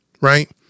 right